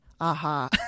aha